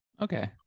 Okay